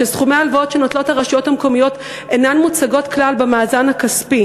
סכומי ההלוואות שנוטלות הרשויות המקומיות אינם מוצגים כלל במאזן הכספי.